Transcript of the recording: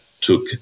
took